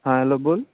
हां हॅलो बोल